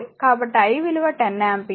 కాబట్టి i విలువ 10 ampere